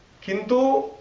Kintu